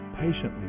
patiently